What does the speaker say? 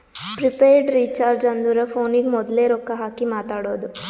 prepaid recharge ಅಂದುರ್ ಫೋನಿಗ ಮೋದುಲೆ ರೊಕ್ಕಾ ಹಾಕಿ ಮಾತಾಡೋದು